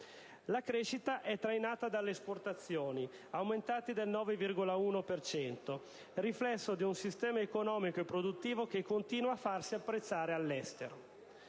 La crescita è trainata dalle esportazioni, aumentate del 9,1 per cento, riflesso di un sistema economico e produttivo che continua a farsi apprezzare all'estero.